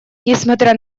несмотря